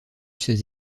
ces